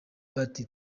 bati